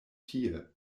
tie